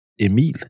Emil